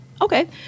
okay